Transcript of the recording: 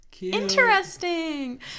Interesting